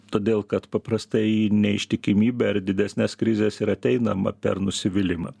todėl kad paprastai neištikimybę ar didesnes krizes ir ateinama per nusivylimą